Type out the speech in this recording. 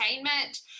entertainment